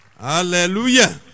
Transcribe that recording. Hallelujah